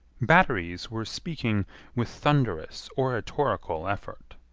batteries were speaking with thunderous oratorical effort.